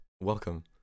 Welcome